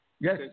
Yes